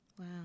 Wow